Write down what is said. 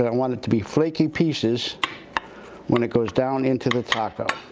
and want it to be flaky pieces when it goes down into the taco.